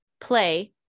play